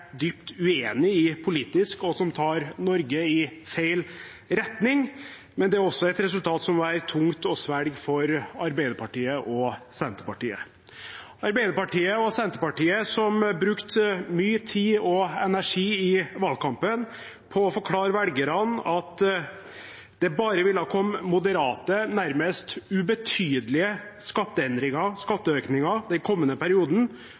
dypt uenig i politisk, og som tar Norge i feil retning, men det er også et resultat som må være tungt å svelge for Arbeiderpartiet og Senterpartiet. Arbeiderpartiet og Senterpartiet brukte mye tid og energi i valgkampen på å forklare velgerne at det bare ville komme moderate, nærmest ubetydelige skatteendringer, skatteøkninger, den kommende perioden